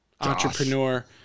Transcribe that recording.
entrepreneur